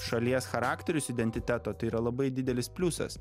šalies charakterius identiteto tai yra labai didelis pliusas